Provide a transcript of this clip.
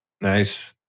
Nice